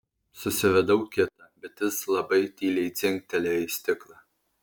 susiradau kitą bet jis labai tyliai dzingtelėjo į stiklą